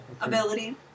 ability